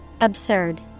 Absurd